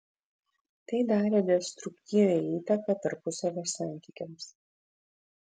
tai darė destruktyvią įtaką tarpusavio santykiams